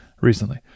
recently